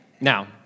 Now